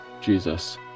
Jesus